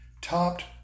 topped